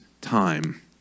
time